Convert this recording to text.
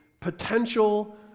potential